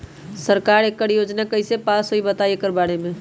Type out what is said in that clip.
सरकार एकड़ योजना कईसे पास होई बताई एकर बारे मे?